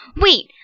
wait